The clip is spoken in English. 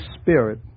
Spirit